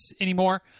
anymore